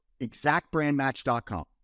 exactbrandmatch.com